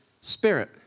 spirit